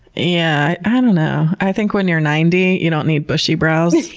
yeah. i don't know. i think when you're ninety, you don't need bushy brows.